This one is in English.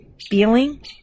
feeling